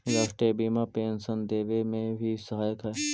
राष्ट्रीय बीमा पेंशन देवे में भी सहायक हई